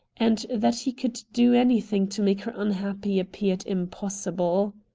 and that he could do anything to make her unhappy appeared impossible.